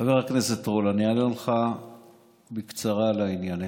חבר הכנסת רול, אני אענה לך בקצרה, לעניין.